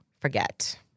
forget